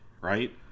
Right